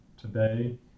today